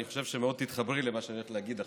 אני חושב שמאוד תתחברי למה שאני הולך להגיד עכשיו.